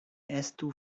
estu